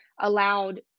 allowed